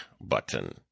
button